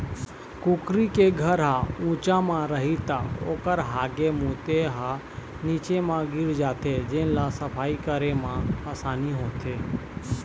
कुकरी के घर ह उच्च म रही त ओखर हागे मूते ह नीचे म गिर जाथे जेन ल सफई करे म असानी होथे